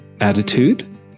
attitude